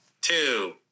two